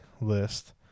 list